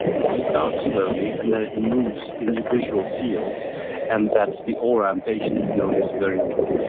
it starts slowly and then it moves in your visual field and that's the aura, and patients know this very well.